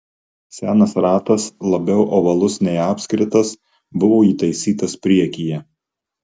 senas ratas labiau ovalus nei apskritas buvo įtaisytas priekyje